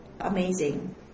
amazing